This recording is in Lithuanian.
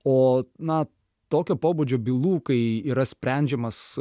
o na tokio pobūdžio bylų kai yra sprendžiamas